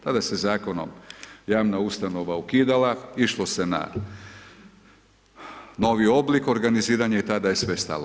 Tada se Zakonom javna ustanova ukidala, išlo se na novi oblik organiziranja i tada je sve stalo.